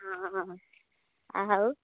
ହଁ ଆଉ